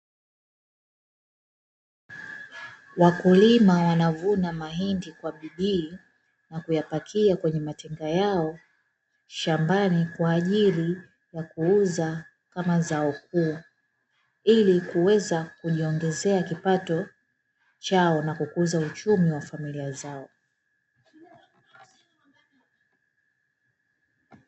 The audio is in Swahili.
Wakulima wanavuna mahindi kwa bidii na kuyapakia kwenye matenga yao shambani, kwa ajili ya kuuza kama zao kuu, ili kuweza kujiongezea kipato chao na kukuza uchumi wa familia zao.